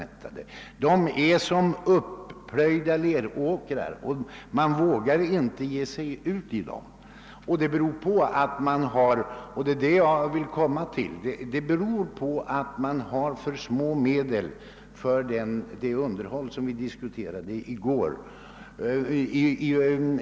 »De är som upplöjda leråkrar; man vågar inte ge sig ut på dem», tillade han. Detta beror på — och det är dit jag vill komma — att man har för knappa anslag för det vägunderhåll som vi bl.a. diskuterade i går.